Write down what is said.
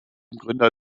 gründer